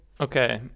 okay